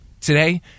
today